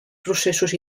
processos